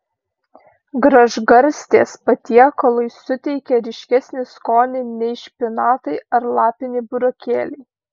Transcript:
gražgarstės patiekalui suteikia ryškesnį skonį nei špinatai ar lapiniai burokėliai